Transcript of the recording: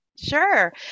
Sure